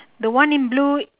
the one in blue